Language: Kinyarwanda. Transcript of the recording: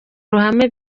ruhame